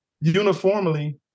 uniformly